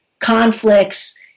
conflicts